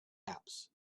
apps